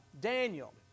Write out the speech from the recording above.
Daniel